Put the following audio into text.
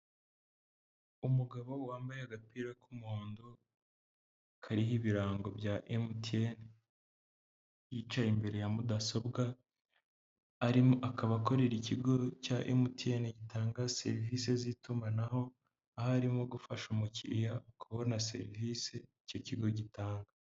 Umugabo wambaye agapira k'umuhondo kariho ibirango bya Emutiyeni, yicaye imbere ya mudasobwa, arimo akaba akorera ikigo cya emutiyene gitanga serivise z'itumanaho, aho arimo gufasha umukiriya kubona serivisi icyo kigo gitanga.